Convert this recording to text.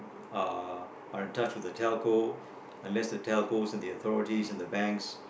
uh are in touch with the telco unless the telco and the authority and the banks